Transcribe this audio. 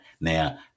now